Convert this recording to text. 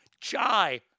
chai